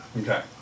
Okay